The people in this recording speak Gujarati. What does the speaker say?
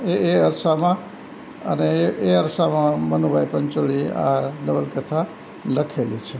એ એ અરસામાં અને એ એ અરસામાં મનુભાઈ પંચોલીએ આ નવલકથા લખેલી છે